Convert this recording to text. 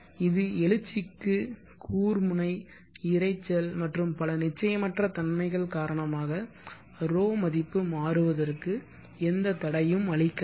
இது எழுச்சிக்கு கூர்முனை இரைச்சல் மற்றும் பல நிச்சயமற்ற தன்மைகள் காரணமாக ρ மதிப்பு மாறுவதற்கு எந்த தடையும் அளிக்காது